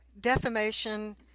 defamation